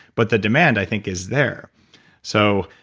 but the demand i think is there so,